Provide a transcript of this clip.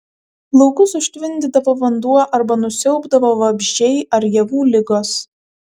laukus užtvindydavo vanduo arba nusiaubdavo vabzdžiai ar javų ligos